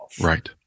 Right